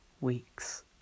weeks